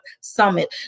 Summit